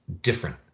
different